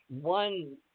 one